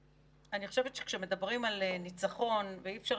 אני חושבת שכשמדברים על ניצחון ואי אפשר